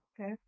Okay